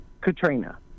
katrina